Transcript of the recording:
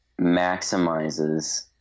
maximizes